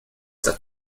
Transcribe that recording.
that